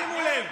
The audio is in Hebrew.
שימו לב,